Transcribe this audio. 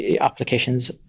applications